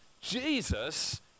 Jesus